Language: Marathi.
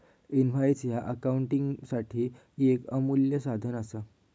इनव्हॉइस ह्या अकाउंटिंगसाठी येक अमूल्य साधन असा